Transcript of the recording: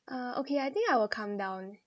uh okay I think I will come down